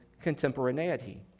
contemporaneity